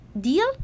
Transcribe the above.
deal